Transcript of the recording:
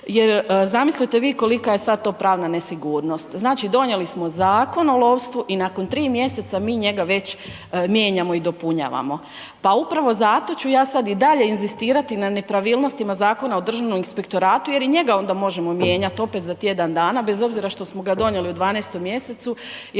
jer zamislite vi kolika je sad to pravna nesigurnost. Znači donijeli smo Zakon o lovstvu i nakon 3 mj. mi njega već mijenjamo i dopunjavamo. Pa upravo zato ću ja sad i dalje inzistirati na nepravilnostima Zakona o Državnom inspektoratu jer i njega onda možemo mijenjati opet za tjedan dana bez obzira što smo ga donijeli u 12. mj.